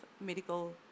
medical